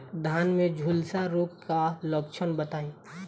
धान में झुलसा रोग क लक्षण बताई?